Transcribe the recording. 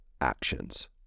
actions